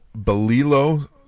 Belilo